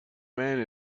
man